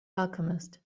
alchemist